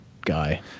guy